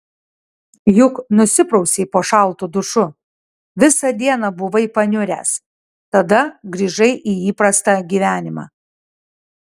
juk nusiprausei po šaltu dušu visą dieną buvai paniuręs tada grįžai į įprastą gyvenimą